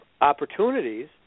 opportunities